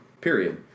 Period